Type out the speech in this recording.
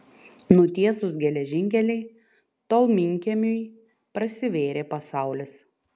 nutiesus geležinkelį tolminkiemiui prasivėrė pasaulis